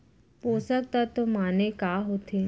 पोसक तत्व माने का होथे?